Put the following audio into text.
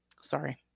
sorry